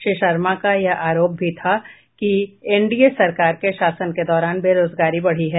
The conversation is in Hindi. श्री शर्मा का यह भी आरोप था कि एनडीए सरकार के शासन के दौरान बेरोजगारी बढ़ी है